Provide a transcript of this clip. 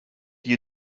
you